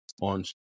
on